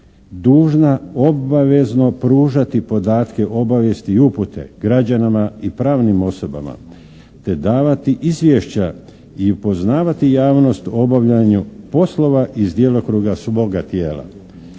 dužna obavezno pružati podatke, obavijesti i upute građanima i pravnim osobama te davati izvješća i upoznavati javnost o obavljanju poslova iz djelokruga svoga tijela